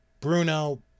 Bruno